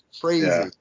Crazy